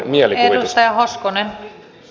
arvoisa rouva puhemies